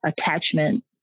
Attachment